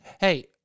Hey